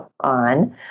on